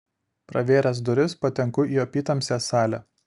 pravėręs duris patenku į apytamsę salę